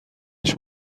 هیچ